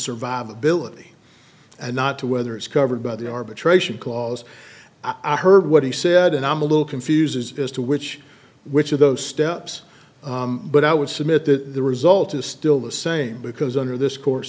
survivability and not to whether it's covered by the arbitration clause i heard what he said and i'm a little confused as to which which of those steps but i would submit that the result is still the same because under this cour